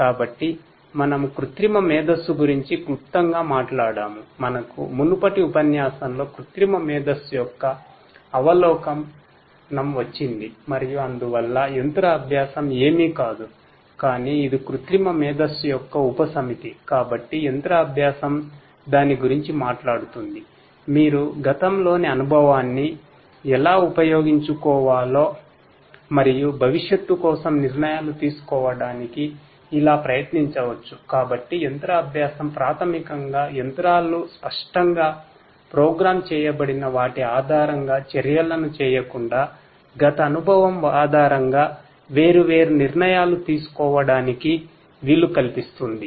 కాబట్టి మనము artificial intelligence చేయబడిన వాటి ఆధారంగా చర్యలను చేయకుండా గత అనుభవం ఆధారంగా వేర్వేరు నిర్ణయాలు తీసుకోవడానికి వీలుకల్పిస్తుంది